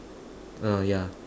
ah yeah